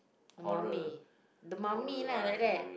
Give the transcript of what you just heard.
the mummy the mummy lah like that